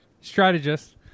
strategist